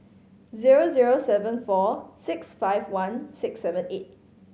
zero zero seven four six five one six seven eight